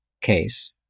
case